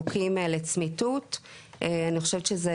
ברובן,